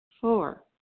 Four